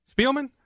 Spielman